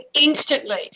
instantly